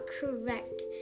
correct